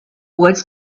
woods